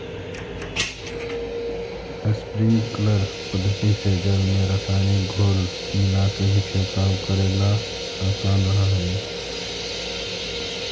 sprinkler पद्धति से जल में रसायनिक घोल मिलाके भी छिड़काव करेला आसान रहऽ हइ